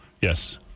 Yes